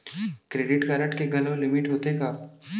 Credit card के घलव limit होथे का?